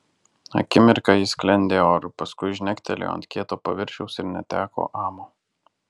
akimirką ji sklendė oru paskui žnektelėjo ant kieto paviršiaus ir neteko amo